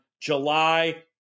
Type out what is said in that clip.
July